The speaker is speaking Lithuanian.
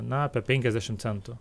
na apie penkiasdešimt centų